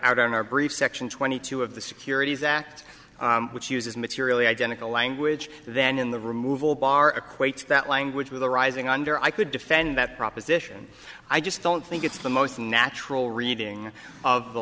out in our brief section twenty two of the securities act which uses materially identical language then in the removal bar equate that language with a rising under i could defend that proposition i just don't think it's the most natural reading of the